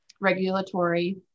regulatory